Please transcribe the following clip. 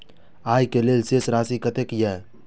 आय के लेल शेष राशि कतेक या?